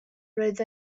roedd